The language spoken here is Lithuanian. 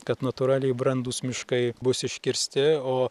kad natūraliai brandūs miškai bus iškirsti o